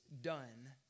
done